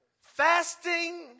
Fasting